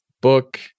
book